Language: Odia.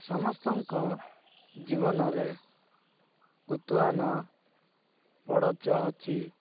ସମସ୍ତଙ୍କ ଜୀବନରେ ଉତ୍ଥାନ ପତନ ଅଛି